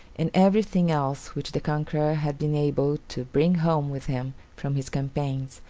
and every thing else which the conqueror had been able to bring home with him from his campaigns,